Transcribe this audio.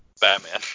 Batman